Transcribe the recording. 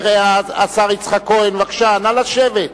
השר יצחק כהן, בבקשה, נא לשבת.